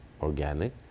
organic